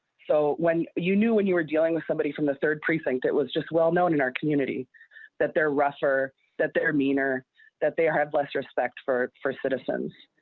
so when you knew when you're dealing with somebody from the third precinct that was just well known in our community that their roster that they're meaner that they have less respect for for citizens.